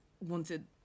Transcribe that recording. wanted